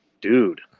Dude